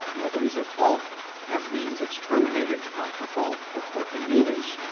nobody's at fault that means it's terminated not for fault, but for convenience,